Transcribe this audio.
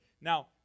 Now